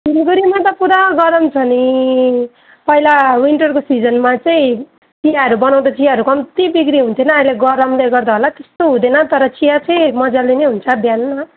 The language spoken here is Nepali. सिलिगुडीमा त पुरा गरम छ नि पहिला विन्टरको सिजनमा चाहिँ चियाहरू बनाउँदा चाहिँ चियाहरू कम्ती बिक्री हुने थिएन अहिले गरमले गर्दा होला त्यस्तो हुँदैन तर चिया चाहिँ मजाले नै हुन्छ बिहानमा